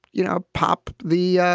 you know, pop the